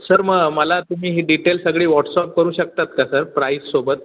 sir मग मला तुम्ही ही डीटेल्स सगळी वॉट्सअप करू शकतात का सर प्राईजसोबत